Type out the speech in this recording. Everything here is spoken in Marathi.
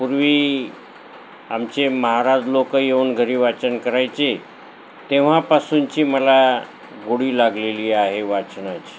पूर्वी आमचे महाराज लोकं येऊन घरी वाचन करायचे तेव्हापासूनची मला गोडी लागलेली आहे वाचनाची